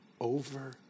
over